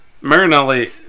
Marinelli